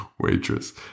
waitress